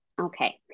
Okay